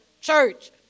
church